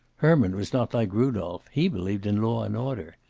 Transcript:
herman was not like rudolph. he believed in law and order.